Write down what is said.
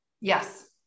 Yes